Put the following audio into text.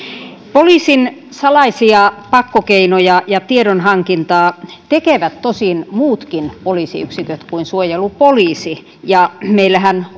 poliisin salaisia pakkokeinoja ja tiedonhankintaa tekevät tosin muutkin poliisiyksiköt kuin suojelupoliisi ja meillähän